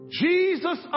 Jesus